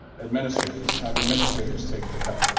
administrators have administrators take the cut.